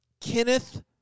Kenneth